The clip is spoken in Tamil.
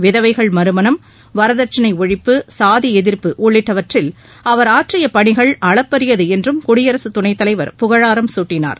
விதவைகள் மறுமணம் வரதட்சணை ஒழிப்பு சாதி எதிர்ப்பு உள்ளிட்டவற்றில் அவர் ஆற்றிய பணிகள் அளப்பரியது என்றும் குடியரசுத் துணைத்தலைவர் புகழாரம் சூட்டினார்